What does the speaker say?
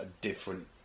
different